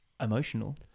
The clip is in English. emotional